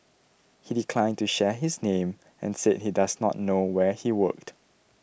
he declined to share his name and said he does not know where he worked